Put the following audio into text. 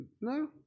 No